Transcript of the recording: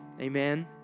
amen